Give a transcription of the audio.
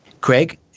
Craig